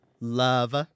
love